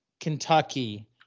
Kentucky